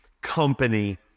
company